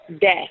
death